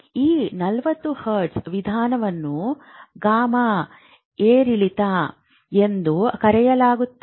ಈ 40 ಹರ್ಟ್ಜ್ ವಿಧಾನವನ್ನು ಗಾಮಾ ಏರಿಳಿತ" ಎಂದು ಕರೆಯಲಾಗುತ್ತದೆ